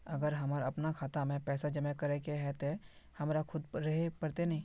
अगर हमर अपना खाता में पैसा जमा करे के है ते हमरा खुद रहे पड़ते ने?